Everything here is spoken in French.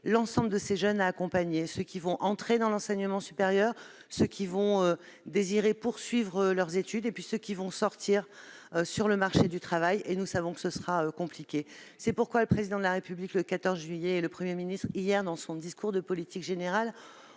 l'ensemble de ces jeunes : ceux qui vont entrer dans l'enseignement supérieur, ceux qui désireront poursuivre leurs études, et ceux qui vont entrer sur le marché du travail. Et nous savons que ce sera compliqué. C'est pourquoi le Président de la République, le 14 juillet, et le Premier ministre, hier, lors de son discours de politique générale,